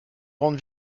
grande